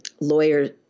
lawyer